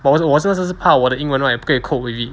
but 我真的是怕我的英文 right 不可以 cope with it